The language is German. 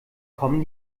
kommen